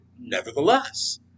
nevertheless